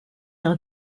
are